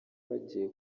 bagiye